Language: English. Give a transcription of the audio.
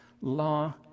law